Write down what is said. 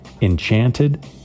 Enchanted